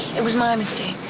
it was my mistake.